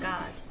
God，